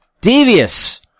Devious